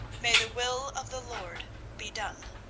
may the will of the lord be done.